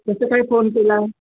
कसं काय फोन केला